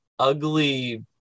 ugly